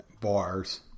bars